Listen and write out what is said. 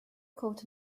coat